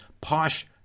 posh